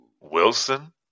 Wilson